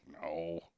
No